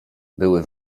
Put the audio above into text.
były